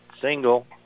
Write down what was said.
Single